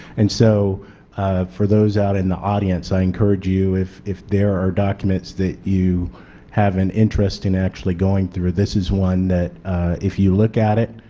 and so for those out of the audience, i encourage you if if there are documents that you have an interest in actually going through this is one that if you look at it,